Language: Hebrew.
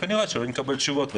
וכנראה שלא נקבל תשובות,